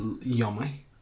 yummy